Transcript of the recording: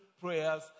prayers